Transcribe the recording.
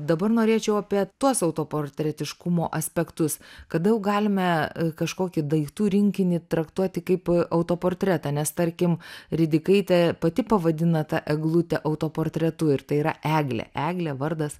dabar norėčiau apie tuos autoportretiškumo aspektus kada jau galime kažkokį daiktų rinkinį traktuoti kaip autoportretą nes tarkim ridikaitė pati pavadina tą eglutę autoportretu ir tai yra eglė eglė vardas